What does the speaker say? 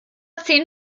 zehn